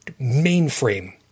mainframe